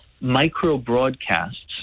micro-broadcasts